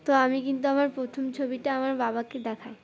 তো আমি কিন্তু আমার প্রথম ছবিটা আমার বাবাকে দেখাই